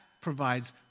provides